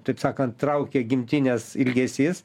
taip sakant traukė gimtinės ilgesys